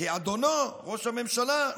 כי אדונו ראש הממשלה,